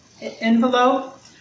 envelope